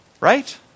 Right